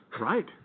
Right